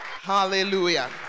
Hallelujah